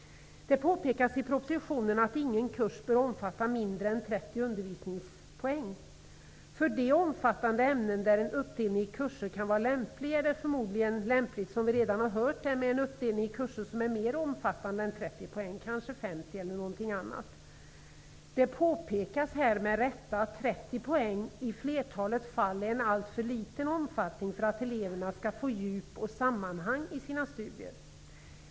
Det påpekas i propositionen att ingen kurs bör omfatta mindre än 30 undervisningspoäng. För de omfattande ämnen där en uppdelning i kurser kan vara lämpligt, är det förmodligen lämpligt med en uppdelning i kurser som är mer omfattande än 30 poäng, kanske t.ex. 50. Det påpekas med rätta att 30 poäng i flertalet fall är en alltför liten omfattning för att eleverna skall få djup och sammanhang i sina studier.